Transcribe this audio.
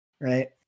Right